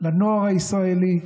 לנוער הישראלי,